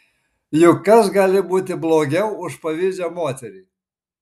juk kas gali būti blogiau už pavydžią moterį